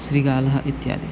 शृगालः इत्यादि